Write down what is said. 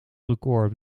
record